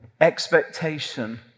expectation